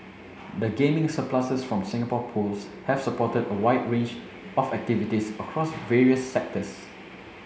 the gaming surpluses from Singapore Pools have supported a wide range of activities across various sectors